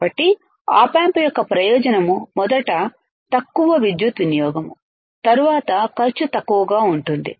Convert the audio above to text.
కాబట్టి op amp యొక్క ప్రయోజనం మొదట తక్కువ విద్యుత్ వినియోగం తరువాత ఖర్చు తక్కువగా ఉంటుంది